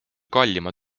kallima